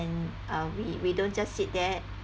and uh we we don't just sit there